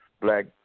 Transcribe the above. black